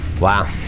Wow